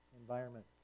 environment